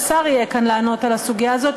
שהשר יהיה כאן לענות על הסוגיה הזאת,